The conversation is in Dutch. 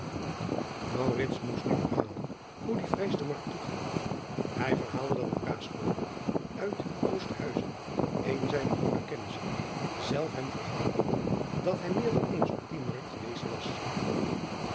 moest nu verhalen hoe die vrijstermarkt toeging ij verhaalde dat een kaas kooper uit osthuizen een zijner goede kennissen zelf hem verhaald had dat hij meer dan eens op die markt geweest was